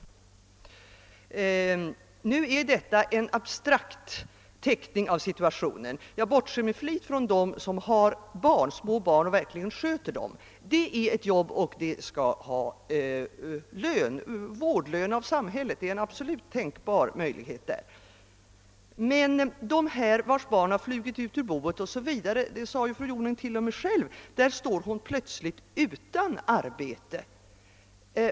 Nu är detta en abstrakt teckning av situationen. Jag bortser med flit från dem som har småbarn och verkligen sköter dessa — det är fullt tänkbart att de bör ha vårdlön av samhället. Jag tänker i stället på dem vilkas barn har flugit ut ur boet. Fru Jonäng sade att de plötsligt står utan arbete.